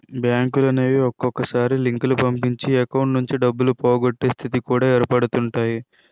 బ్యాంకులనేవి ఒక్కొక్కసారి లింకులు పంపించి అకౌంట్స్ నుంచి డబ్బులు పోగొట్టే స్థితి కూడా ఏర్పడుతుంటాయి